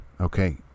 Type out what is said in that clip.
okay